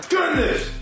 Goodness